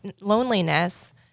loneliness